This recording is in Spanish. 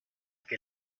que